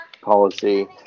policy